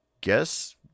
guess